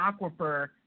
aquifer